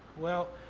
well,